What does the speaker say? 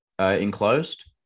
enclosed